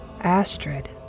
Astrid